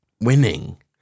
winning